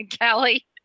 Kelly